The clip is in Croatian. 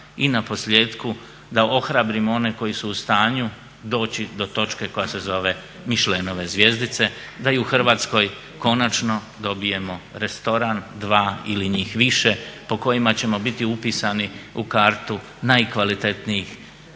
i naposljetku da ohrabrimo one koji su u stanju doći do točke koja se zove Mišlenove zvjezdice da i u Hrvatskoj konačno dobijemo restoran, dva ili njih više po kojima ćemo biti upisani u kartu najkvalitetnijih